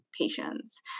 patients